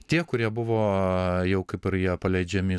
tie kurie buvo jau kaip ir jie paleidžiami